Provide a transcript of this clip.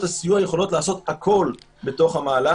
הסיוע יכולות לעשות הכול בתוך המהלך,